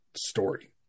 story